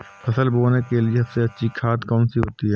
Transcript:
फसल बोने के लिए सबसे अच्छी खाद कौन सी होती है?